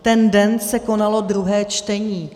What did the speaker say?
Ten den se konalo druhé čtení.